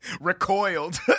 recoiled